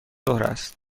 است